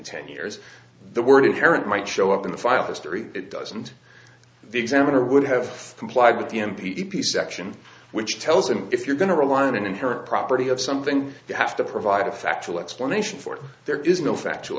ten years the word inherent might show up in the file history it doesn't the examiner would have complied with the m p e p section which tells him if you're going to rely on an inherent property of something you have to provide a factual explanation for there is no factual